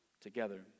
together